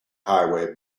highway